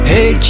Hey